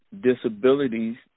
disabilities